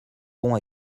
bon